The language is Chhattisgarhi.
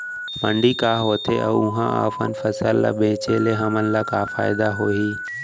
मंडी का होथे अऊ उहा अपन फसल ला बेचे ले हमन ला का फायदा होही?